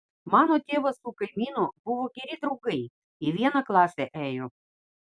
mano tėvas su kaimynu buvo geri draugai į vieną klasę ėjo